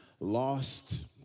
lost